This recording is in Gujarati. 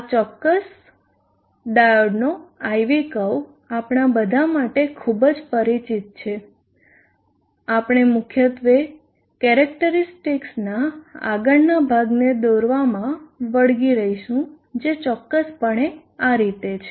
આ ચોક્કસ ડાયોડનો I V કર્વ આપણા બધા માટે ખૂબ જ પરિચિત છે આપણે મુખ્યત્વે કેરેક્ટરીસ્ટિક્સના આગળના ભાગને દોરવામાં વળગી રહીશું જે ચોક્કસપણે આ રીતે છે